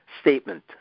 statement